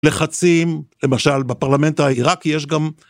לחצים, למשל בפרלמנט העיראקי יש גם.